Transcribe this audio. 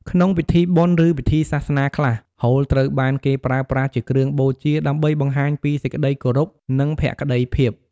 ក្នុងពិធីបុណ្យ ឬពិធីសាសនាខ្លះ ហូលត្រូវបានគេប្រើប្រាស់ជាគ្រឿងបូជា ដើម្បីបង្ហាញពីសេចក្តីគោរព និងភក្តីភាព។